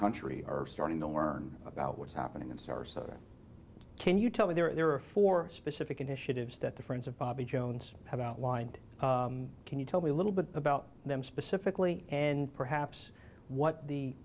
country are starting to learn about what's happening in sarasota can you tell me there are four specific initiatives that the friends of bobby jones have outlined can you tell me a little bit about them specifically and perhaps what the